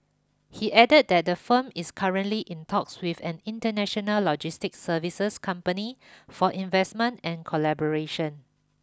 he added that the firm is currently in talks with an international logistics services company for investment and collaboration